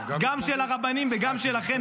גם של הרבנים וגם שלכם,